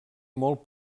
molt